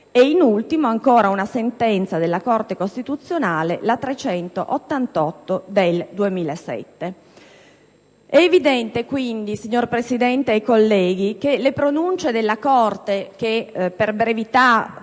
E in ultimo, cito ancora la sentenza della Corte costituzionale n. 388 del 2007. È evidente quindi, signora Presidente e colleghi, che le pronunce della Corte - per brevità